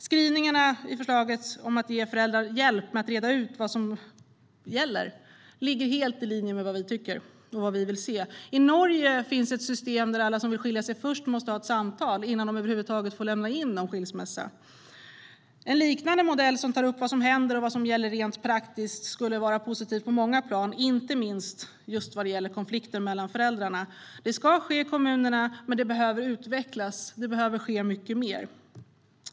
Skrivningarna i förslaget om att ge föräldrar hjälp med att reda ut vad som gäller ligger helt i linje med vad vi vill se. I Norge finns ett system där alla som vill skilja sig först måste ha samtal innan de över huvud taget får lämna in begäran om skilsmässa. En liknande modell som tar upp vad som händer och vad som gäller rent praktiskt skulle vara positiv på många plan, inte minst vad gäller konflikter mellan föräldrarna. Det ska ske i kommunerna, men det behöver utvecklas och ske mycket mer.